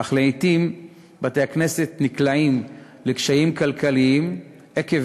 אך לעתים בתי-הכנסת נקלעים לקשיים כלכליים עקב